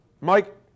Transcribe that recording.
Mike